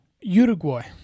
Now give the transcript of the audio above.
Uruguay